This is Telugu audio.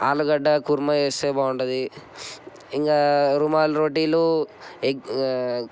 ఆలుగడ్డ కుర్మా చేస్తే బాగుంటుంది ఇంకా రుమాల్ రోటీలు ఎగ్